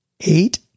Eight